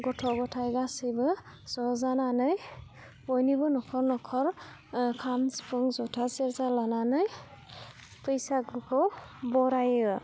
गथ' गथाइ गासैबो ज' जानानै बयनिबो नखर नखर खाम सिफुं जथा सेरजा लानानै बैसागुखौ बरायो